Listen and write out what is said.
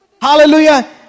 Hallelujah